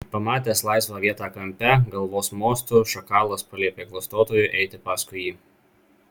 pamatęs laisvą vietą kampe galvos mostu šakalas paliepė klastotojui eiti paskui jį